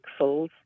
pixels